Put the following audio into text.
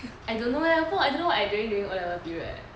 I don't know leh 我不懂 I don't know what I during during O-level period leh